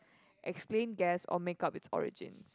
explain guess or make-up it's origins